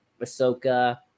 Ahsoka